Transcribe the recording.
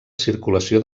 circulació